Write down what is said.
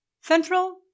Central